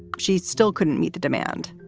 she still couldn't meet the demand